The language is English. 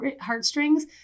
heartstrings